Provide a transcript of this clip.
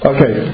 Okay